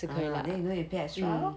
ah then you don't have to pay extra lor